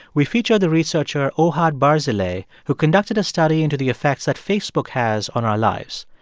we feature the researcher ohad barzilay, who conducted a study into the effects that facebook has on our lives.